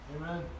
Amen